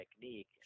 technique